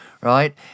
right